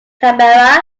canberra